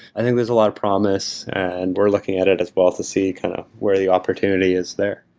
i think there is a lot of promise and we're looking at it as well as to see kind of where the opportunity is there